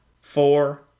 four